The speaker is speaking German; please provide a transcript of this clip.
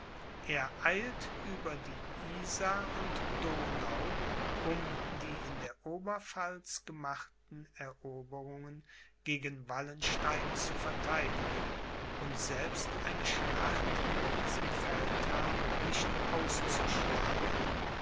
er eilt über die isar und donau um die in der oberpfalz gemachten eroberungen gegen wallenstein zu verteidigen und selbst eine schlacht mit diesem feldherrn nicht auszuschlagen